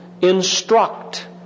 Instruct